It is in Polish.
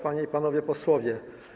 Panie i Panowie Posłowie!